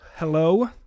hello